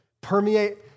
permeate